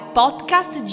podcast